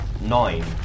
Nine